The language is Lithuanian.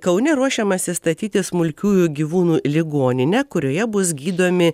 kaune ruošiamasi statyti smulkiųjų gyvūnų ligoninę kurioje bus gydomi